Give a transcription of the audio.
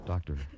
Doctor